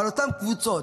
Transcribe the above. על אותן קבוצות,